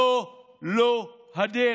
זו לא הדרך.